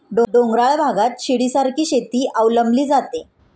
डोंगराळ भागात शिडीसारखी शेती अवलंबली जाते